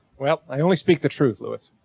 well, i only speak the truth, lewis.